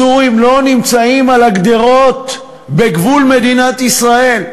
הסורים לא נמצאים על הגדרות בגבול מדינת ישראל,